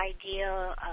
ideal